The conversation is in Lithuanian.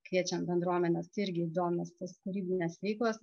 kviečiam bendruomenes irgi įdomios tos kūrybinės veiklos